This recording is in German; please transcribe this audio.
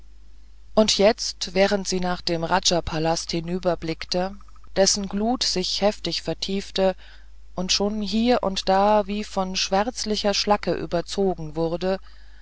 und jetzt während sie nach dem rajapalast hinüberblickte dessen glut sich stetig vertiefte und schon hier und da wie von schwärzlichen schlacken überzogen wurde